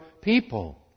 people